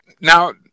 Now